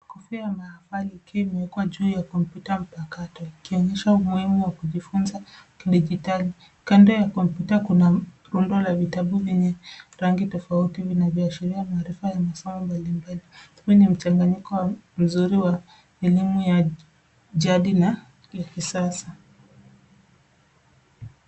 Kofia ya maafali ikiwa imewekwa juu ya kompyuta mpakato ikionyesha umuhimu wa kujifunza kidijitali kando ya kompyuta kuna la vitabu lenye rangi tofauti vinavyoaashiria maarifa ya masomo mbali mbali huu ni mchanganyiko mzuri wa elimu ya jadi na kisasa.